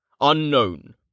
Unknown